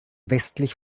westlich